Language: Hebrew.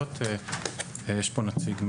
אין פה נציג,